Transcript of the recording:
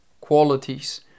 qualities